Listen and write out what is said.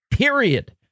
Period